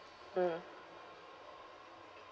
mm